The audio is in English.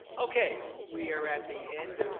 okay, we are at the end.